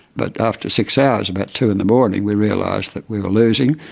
but after six hours, about two in the morning, we realised that we were losing.